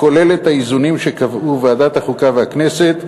הכולל את האיזונים שקבעו ועדת החוקה והכנסת,